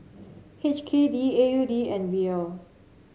H K D A U D and Riel